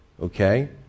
okay